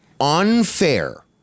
unfair